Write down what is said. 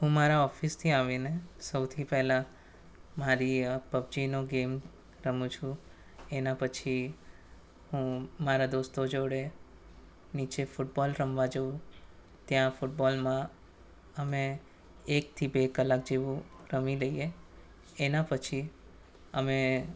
હું મારી ઓફિસથી આવીને સૌથી પહેલાં મારી પબજીની ગેમ રમું છું એના પછી હું મારા દોસ્તો જોડે નીચે ફૂટબોલ રમવા જાઉં ત્યાં ફૂટબોલમાં અમે એક થી બે કલાક જેવું રમી લઈએ એના પછી અમે